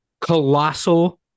colossal